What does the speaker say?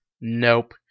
nope